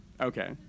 okay